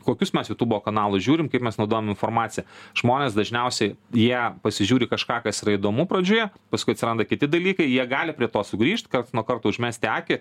kokius mes jutubo kanalus žiūrim kaip mes naudojam informaciją žmonės dažniausiai jie pasižiūri kažką kas yra įdomu pradžioje paskui atsiranda kiti dalykai jie gali prie to sugrįžt karts nuo karto užmesti akį